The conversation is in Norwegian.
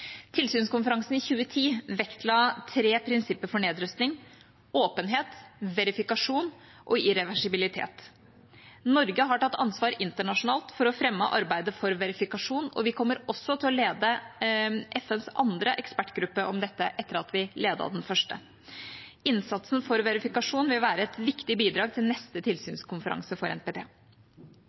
Tilsynskonferansen i 2010 vektla tre prinsipper for nedrustning: åpenhet, verifikasjon og irreversibilitet. Norge har tatt ansvar internasjonalt for å fremme arbeidet for verifikasjon, og vi kommer også til å lede FNs andre ekspertgruppe om dette etter at vi ledet den første. Innsatsen for verifikasjon vil være et viktig bidrag til neste tilsynskonferanse for